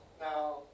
Now